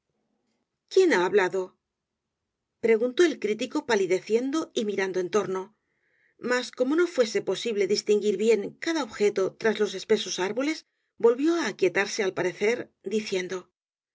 quién ha hablado preguntó el crítico palideciendo y mirando en torno mas como no fuese posible distinguir bien cada objeto tras los espesos árboles volvió á aquietarse al parecer diciendo